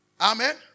Amen